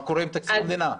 מה קורה עם תקציב המדינה?